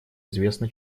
известно